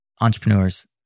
entrepreneurs